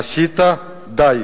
עשית די.